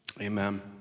amen